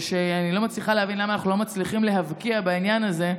ואני לא מצליחה להבין למה אנחנו לא מצליחים להבקיע בעניין הזה,